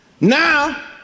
Now